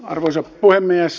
arvoisa puhemies